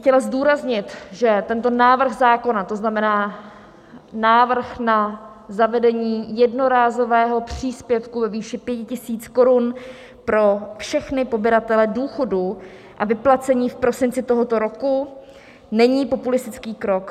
Já bych chtěla zdůraznit, že tento návrh zákona, to znamená návrh na zavedení jednorázového příspěvku ve výši 5 tisíc korun pro všechny pobíratele důchodů a vyplacení v prosinci tohoto roku, není populistický krok.